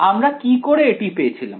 আমরা কি করে এটি পেয়েছিলাম